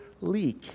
leak